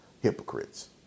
hypocrites